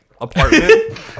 apartment